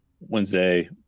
Wednesday